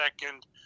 second